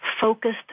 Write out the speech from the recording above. focused